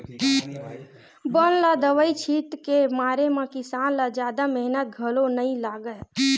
बन ल दवई छित के मारे म किसान ल जादा मेहनत घलो नइ लागय